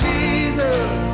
Jesus